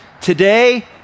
today